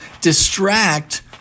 distract